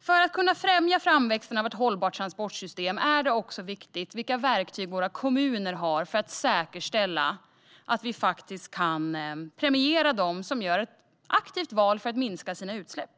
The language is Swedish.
För att främja framväxten av ett hållbart transportsystem är det också viktigt vilka verktyg våra kommuner har för att säkerställa att vi faktiskt kan premiera dem som gör ett aktivt val för att minska sina utsläpp.